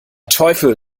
teufel